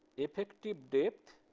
effective depth,